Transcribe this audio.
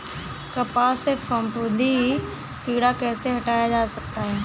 कपास से फफूंदी कीड़ा कैसे हटाया जा सकता है?